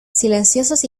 silenciosos